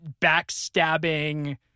backstabbing